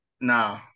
no